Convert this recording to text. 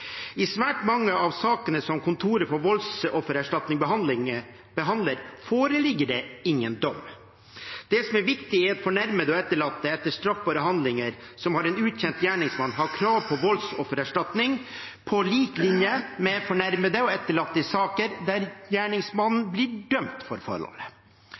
I svært mange av sakene som Kontoret for voldsoffererstatning behandler, foreligger det ingen dom. Det som er viktig, er at fornærmede og etterlatte etter straffbare handlinger som har en ukjent gjerningsmann, har krav på voldsoffererstatning på lik linje med fornærmede og etterlatte i saker der gjerningsmannen blir dømt for forholdet.